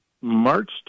March